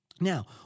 Now